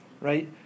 right